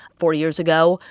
four years ago,